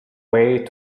way